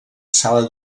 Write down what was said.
sales